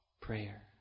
prayer